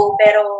pero